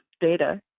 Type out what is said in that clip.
data